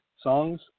songs